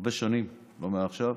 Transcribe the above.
הרבה שנים, לא מעכשיו.